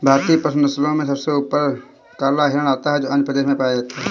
भारतीय पशु नस्लों में सबसे ऊपर काला हिरण आता है जो आंध्र प्रदेश में पाया जाता है